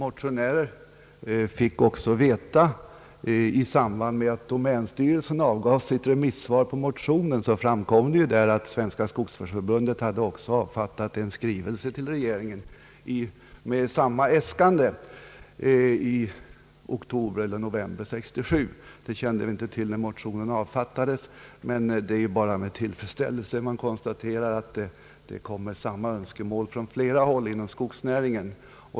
Herr talman! I samband med att domänstyrelsen avgav sitt remissvar på motionen framkom att även Svenska skogsvårdsförbundet hade avgivit en skrivelse till regeringen med samma önskemål. Detta hade skett i oktober eller november 1967, men det kände vi inte till när motionen avfattades. Det är dock bara med tillfredsställelse man konstaterar att samma önskemål framförs från flera håll inom skogsnäringen.